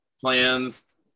plans